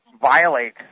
violate